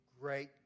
great